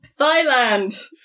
Thailand